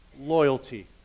loyalty